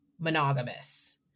monogamous